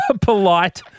polite –